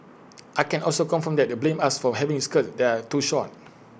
I can also confirm that they blamed us for having skirts that are too short